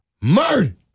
Murder